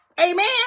amen